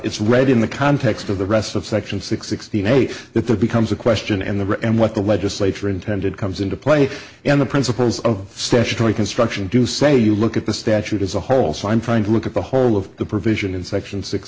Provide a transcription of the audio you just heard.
it's read in the context of the rest of section sixty eight that there becomes a question in the end what the legislature intended comes into play and the principles of statutory construction do say you look at the statute as a whole so i'm trying to look at the whole of the provision in section six